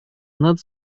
над